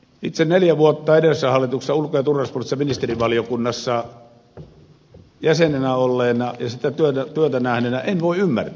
itse neljä vuotta edellisessä hallituksessa ulko ja turvallisuuspoliittisessa ministerivaliokunnassa jäsenenä olleena ja sitä työtä nähneenä en voi ymmärtää sitä